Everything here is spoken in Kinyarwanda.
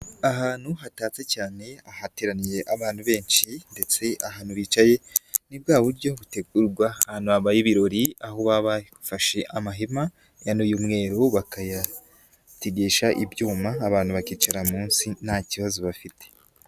Ahantu hatatse cyane hateraniye abantu benshi ndetse ahantu bicaye ni bwa buryo butegurwa ahantu habaye ibirori, aho baba bafashe amahema yano y'umweru bakayategesha ibyuma abantu bakicara munsi nta kibazo bafite.